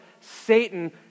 Satan